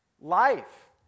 life